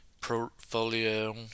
portfolio